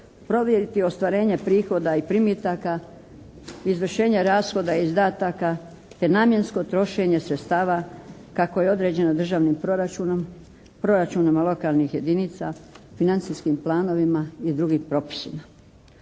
provjeriti ostvarenje prihoda i primitaka, izvršenje rashoda i izdataka te namjensko trošenje sredstava kako je određeno Državnim proračunom, proračunom lokalnih jedinica, financijskim planovima i drugim propisima.